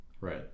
Right